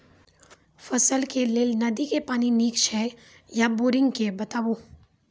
फसलक लेल नदी के पानि नीक हे छै या बोरिंग के बताऊ?